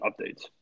updates